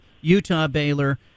Utah-Baylor